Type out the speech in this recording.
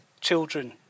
children